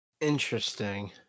Interesting